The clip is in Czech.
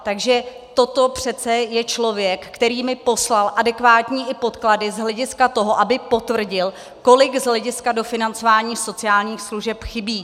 Takže toto přece je člověk, který mi poslal i adekvátní podklady z hlediska toho, aby potvrdil, kolik z hlediska dofinancování sociálních služeb chybí.